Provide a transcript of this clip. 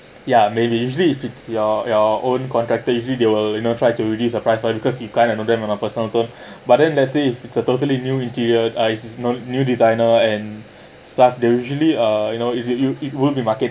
ya maybe usually if it your your own contractor usually they will you know try to reduce the price lah because you kind of know them but then let's say if it's a totally new interior ah is is new new designer and stuff they usually uh you know if you you you won't be market